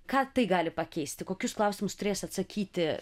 ką tai gali pakeisti kokius klausimus turės atsakyti